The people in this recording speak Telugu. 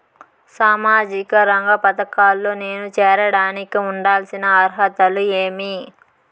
సామాజిక రంగ పథకాల్లో నేను చేరడానికి ఉండాల్సిన అర్హతలు ఏమి?